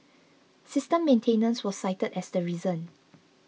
system maintenance was cited as the reason